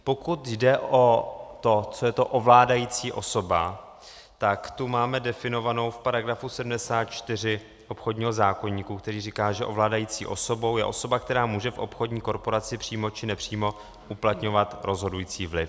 Pokud jde o to, co je to ovládající osoba, tak tu máme definovanou v § 74 obchodního zákoníku, který říká, že ovládající osobou je osoba, která může v obchodní korporaci přímo či nepřímo uplatňovat rozhodující vliv.